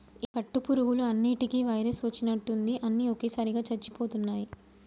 ఈ పట్టు పురుగులు అన్నిటికీ ఏదో వైరస్ వచ్చినట్టుంది అన్ని ఒకేసారిగా చచ్చిపోతున్నాయి